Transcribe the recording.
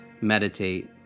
meditate